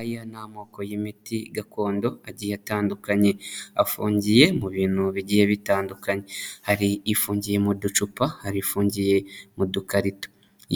Aya ni amoko y'imiti gakondo agiye atandukanye. Afungiye mu bintu bigiye bitandukanye. Hari ifungiye mu ducupa, hari ifungiye mu dukarito.